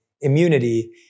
immunity